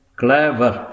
clever